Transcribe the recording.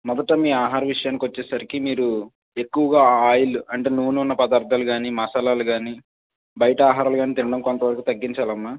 మొదట మీ ఆహార విషయానికి వచ్చేసరికి మీరు ఎక్కువగా ఆయిల్ అంటే నూనె ఉన్న పదార్ధాలు కానీ మాసాలాలు కాని బయట ఆహారాలు కాని తినడం కొంతవరకు తగ్గించాలమ్మా